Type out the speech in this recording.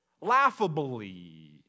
laughably